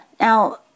Now